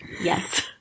yes